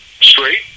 straight